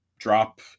drop